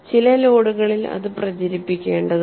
ചില ലോഡുകളിൽ അത് പ്രചരിപ്പിക്കേണ്ടതുണ്ട്